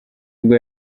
ubwo